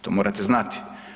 To morate znati.